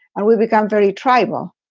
and we become very tribal.